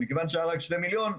אבל מכיוון שהיו רק שני מיליון שקלים,